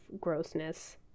grossness